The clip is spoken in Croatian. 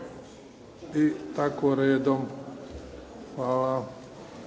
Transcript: i tako redom. Hvala.